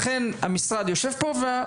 לכן המשרד יושב פה,